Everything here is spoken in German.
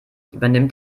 übernimmt